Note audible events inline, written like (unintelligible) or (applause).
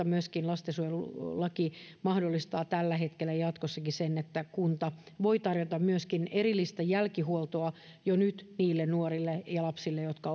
(unintelligible) myöskin lastensuojelulaki mahdollistaa tällä hetkellä ja jatkossakin sen että kunta voi tarjota myöskin erillistä jälkihuoltoa jo nyt niille nuorille ja lapsille jotka (unintelligible)